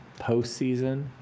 postseason